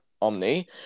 omni